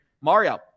Mario